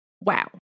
Wow